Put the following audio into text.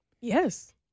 Yes